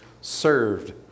served